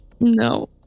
No